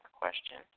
question